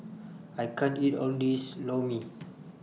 I can't eat All of This Lor Mee